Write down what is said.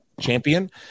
champion